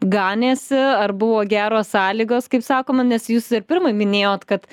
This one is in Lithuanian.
ganėsi ar buvo geros sąlygos kaip sakoma nes jūs ir pirmai minėjot kad